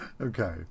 Okay